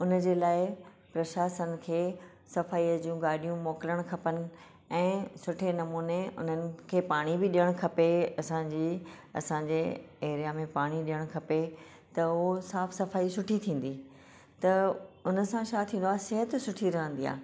हुन जे लाइ प्रशासन खे सफ़ाईअ जूं गाॾियूं मोकिलिणु खपनि ऐं सुठे नमूने हुननि खे पाणी बि ॾियणु खपे असांजी असांजे एरिआ में पाणी ॾियणु खपे त उहो साफ़ु सफ़ाई सुठी थींदी त हुनसां छा थींदो आहे सिहत सुठी रहंदी आहे